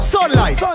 Sunlight